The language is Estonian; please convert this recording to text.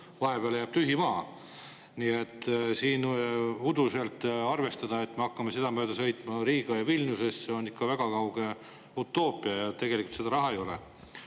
vahepeale jääb tühi maa. Nii et siin uduselt arvestada, et me hakkame seda mööda sõitma Riiga ja Vilniusesse, on ikka väga kauge utoopia, tegelikult seda raha ei ole. Aga